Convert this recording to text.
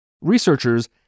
Researchers